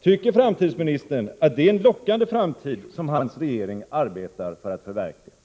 Tycker framtidsministern att det är en lockande framtid som hans regering arbetar för att förverkliga?